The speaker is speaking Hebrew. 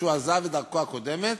שעזב את דרכו הקודמת,